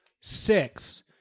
Six